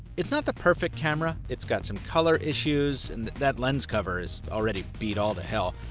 it's not the perfect camera, it's got some color issues and that lens cover is already beat all to hell.